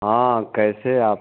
हाँ कैसे है आप